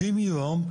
30 יום,